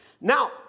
Now